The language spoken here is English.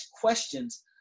questions